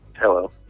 Hello